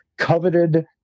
coveted